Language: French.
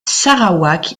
sarawak